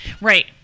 Right